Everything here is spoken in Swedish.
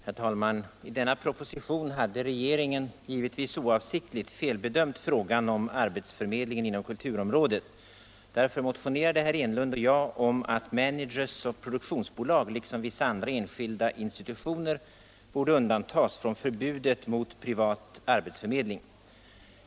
Herr talman! I denna proposition hade regeringen — givetvis oavsiktligt —- felbedömt frågan om arbetsförmedlingen inom kulturområdet. Därför motionerade herr Enlund och jag om att managers och produktionsbolag, liksom vissa andra enskilda institutioner, borde undantas från förbudet mot privat arbetsförmedling.